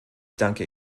danke